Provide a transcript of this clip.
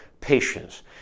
patience